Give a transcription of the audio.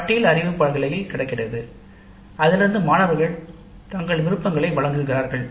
பட்டியல் அறிவிப்பு பலகையில் கிடைக்கிறது அதிலிருந்து மாணவர்கள் தங்கள் விருப்பங்களை வழங்குகிறார்கள்